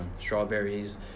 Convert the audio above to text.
Strawberries